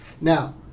Now